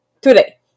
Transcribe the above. today